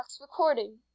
recording